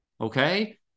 okay